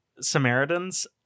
Samaritans